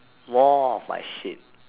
more of my shit